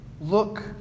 look